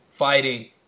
fighting